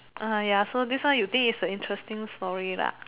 uh ya so this one you think is the interesting story lah